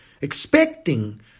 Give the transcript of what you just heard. expecting